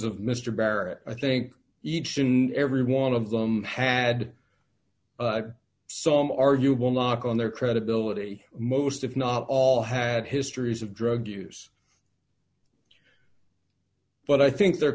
barrett i think each and every one of them had some arguable knock on their credibility most if not all had histories of drug use but i think there